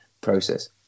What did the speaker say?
process